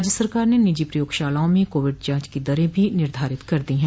राज्य सरकार ने निजी प्रयोगशालाओं में कोविड जांच की दरें भी निर्धारित कर दी हैं